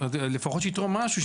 לפחות שיתרום משהו,